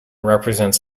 represents